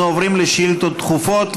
אנחנו עוברים לשאילתות דחופות,